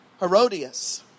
Herodias